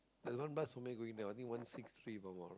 there's one bus who may going there I think one six three if I'm not wrong